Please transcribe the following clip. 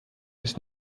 ist